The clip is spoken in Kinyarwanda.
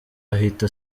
ahita